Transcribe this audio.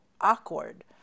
awkward